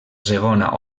segona